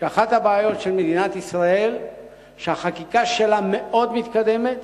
שאחת הבעיות של מדינת ישראל היא שהחקיקה שלה מאוד מתקדמת